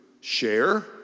share